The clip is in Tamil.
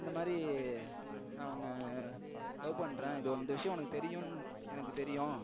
இந்தமாதிரி நான் உன்ன லவ் பண்ணுறேன் இது இந்த விஷயோம் உனக்கு தெரியுன்னு எனக்கு தெரியும்